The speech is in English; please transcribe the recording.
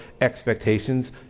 expectations